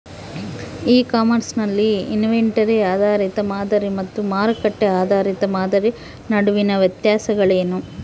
E commerce ನಲ್ಲಿ inventory ಆಧಾರಿತ ಮಾದರಿ ಮತ್ತು ಮಾರುಕಟ್ಟೆ ಆಧಾರಿತ ಮಾದರಿಯ ನಡುವಿನ ವ್ಯತ್ಯಾಸಗಳೇನು?